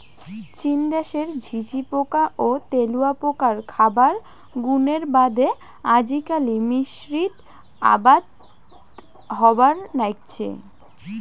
চীন দ্যাশের ঝিঁঝিপোকা ও তেলুয়াপোকার খাবার গুণের বাদে আজিকালি মিশ্রিত আবাদ হবার নাইগচে